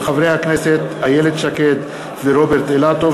מאת חברת הכנסת גילה גמליאל,